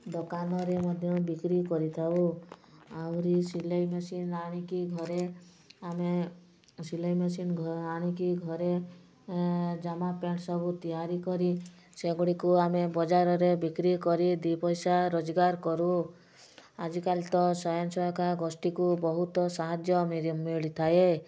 ଦୋକାନରେ ମଧ୍ୟ ବିକ୍ରୀ କରିଥାଉ ଆହୁରି ସିଲେଇ ମେସିନ୍ ଆଣିକି ଘରେ ଆମେ ସିଲେଇ ମେସିନ୍ ଆଣିକି ଘରେ ଜାମା ପ୍ୟାଣ୍ଟ୍ ସବୁ ତିଆରି କରି ସେଗୁଡ଼ିକୁ ଆମେ ବଜାରରେ ବିକ୍ରୀ କରି ଦୁଇ ପଇସା ରୋଜଗାର କରୁ ଆଜିକାଲି ତ ସ୍ୱୟଂସହାୟିକା ଗୋଷ୍ଠିକୁ ବହୁତ ସାହାଯ୍ୟ ମିଳି ଥାଏ